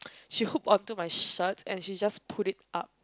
she hook onto my shirt and she just pulled it up